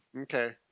Okay